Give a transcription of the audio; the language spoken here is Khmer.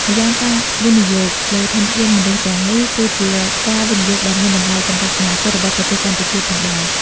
ម្យ៉ាងការវិនិយោគលើធនធានមនុស្សទាំងនេះ គឺជាការវិនិយោគដ៏មានតម្លៃសម្រាប់អនាគតរបស់ប្រទេសកម្ពុជាផងដែរ។